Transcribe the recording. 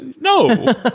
no